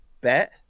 bet